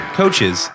coaches